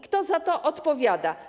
Kto za to odpowiada?